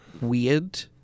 weird